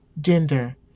gender